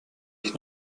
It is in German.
ich